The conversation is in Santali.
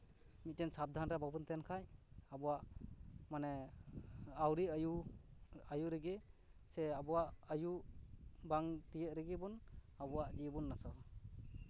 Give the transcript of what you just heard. ᱢᱤᱫᱴᱮᱱ ᱥᱟᱵᱫᱷᱟᱱᱨᱮ ᱵᱟᱵᱚᱱ ᱛᱟᱸᱦᱮᱱ ᱠᱷᱟᱡ ᱟᱵᱚᱣᱟᱜ ᱢᱟᱱᱮ ᱟᱹᱣᱨᱤ ᱟᱹᱭᱩ ᱟᱹᱭᱩ ᱨᱮᱜᱮ ᱥᱮ ᱟᱵᱚᱣᱟᱜ ᱟᱭᱩ ᱵᱟᱝ ᱛᱤᱭᱳᱜ ᱨᱮᱜᱮ ᱵᱚᱱ ᱟᱵᱚᱣᱟᱜ ᱡᱤᱣᱤᱵᱚᱱ ᱱᱟᱥᱟᱣᱟ